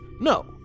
No